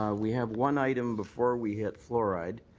um we have one item before we hit fluoride.